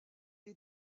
est